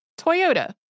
Toyota